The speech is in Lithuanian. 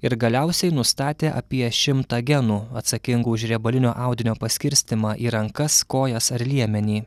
ir galiausiai nustatė apie šimtą genų atsakingų už riebalinio audinio paskirstymą į rankas kojas ar liemenį